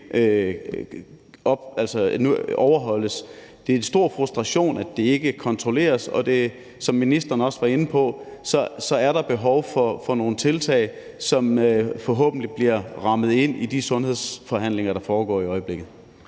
overholdes. Det er en stor frustration, at det ikke kontrolleres, og som ministeren også var inde på, er der behov for nogle tiltag, som forhåbentlig bliver rammet ind i de sundhedsforhandlinger, der foregår i øjeblikket.